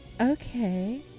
Okay